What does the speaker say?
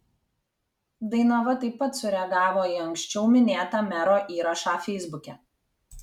dainava taip pat sureagavo į anksčiau minėtą mero įrašą feisbuke